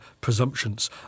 presumptions